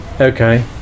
okay